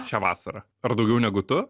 šią vasarą ar daugiau negu tu